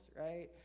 right